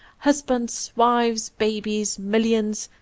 husbands, wives, babies, millions,